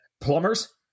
plumbers